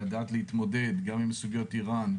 לדעת להתמודד גם עם סוגיות איראן,